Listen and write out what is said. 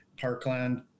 Parkland